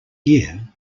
year